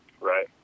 Right